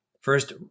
First